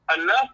Enough